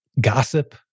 gossip